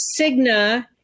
Cigna